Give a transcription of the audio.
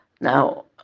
Now